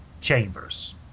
chambers